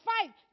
fight